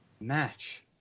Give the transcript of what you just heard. match